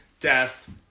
death